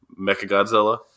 Mechagodzilla